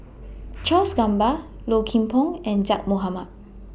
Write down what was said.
Charles Gamba Low Kim Pong and Zaqy Mohamad